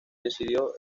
decidió